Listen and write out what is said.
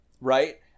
right